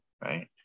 right